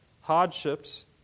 hardships